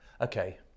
okay